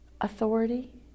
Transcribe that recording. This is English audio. authority